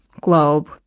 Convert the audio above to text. globe